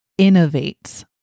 innovates